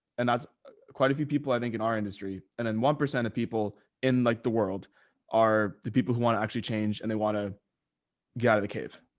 and that's quite a few people i think, in our industry. and then one percent of people in like the world are the people who want to actually change and they want to get out of the cave.